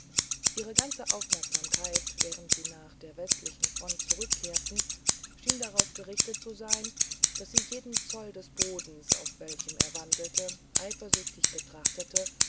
ihre ganze aufmerksamkeit während sie nach der westlichen front zurückkehrten schien darauf gerichtet zu sein daß sie jeden zoll des bodens auf welchem er wandelte eifersüchtig betrachtete